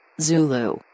Zulu